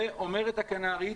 אומרת הכנ"רית,